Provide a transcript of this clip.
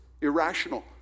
irrational